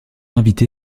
invité